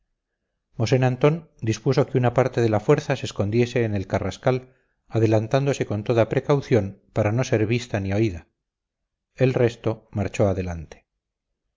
mosén antón dispuso que una parte de la fuerza se escondiese en el carrascal adelantándose con toda precaución para no ser vista ni oída el resto marchó adelante